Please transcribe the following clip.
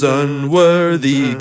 unworthy